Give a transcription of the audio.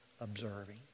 observing